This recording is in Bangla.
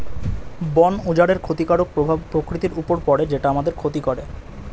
বন উজাড়ের ক্ষতিকারক প্রভাব প্রকৃতির উপর পড়ে যেটা আমাদের ক্ষতি করে